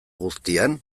guztian